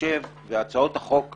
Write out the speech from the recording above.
הצעות החוק השונות,